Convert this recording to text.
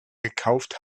gekauft